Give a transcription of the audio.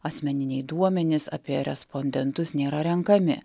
asmeniniai duomenys apie respondentus nėra renkami